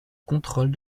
contrôle